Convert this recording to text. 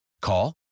Call